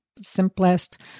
simplest